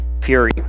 fury